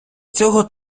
цього